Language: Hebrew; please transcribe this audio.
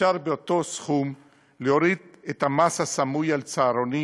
אפשר באותו סכום להוריד את המס הסמוי על צהרונים.